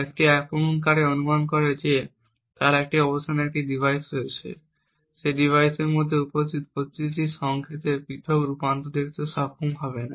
একজন আক্রমণকারী অনুমান করে যে তার এই অবস্থানে একটি ডিভাইস রয়েছে সে ডিভাইসের মধ্যে উপস্থিত প্রতিটি সংকেতের পৃথক রূপান্তর দেখতে সক্ষম হবে না